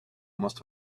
must